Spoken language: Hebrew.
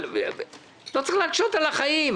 אבל לא צריך להקשות על החיים,